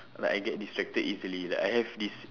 like I get distracted easily like I have this